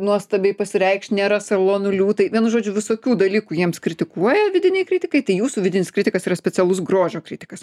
nuostabiai pasireikšt nėra salonų liūtai vienu žodžiu visokių dalykų jiems kritikuoja vidiniai kritikai tai jūsų vidinis kritikas yra specialus grožio kritikas